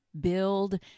build